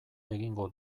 egingo